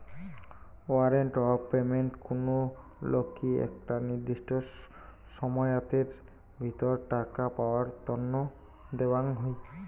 warrant of payment কুনো লোককি একটা নির্দিষ্ট সময়াতের ভিতর টাকা পাওয়ার তন্ন দেওয়াঙ হই